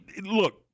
look